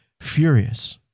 Furious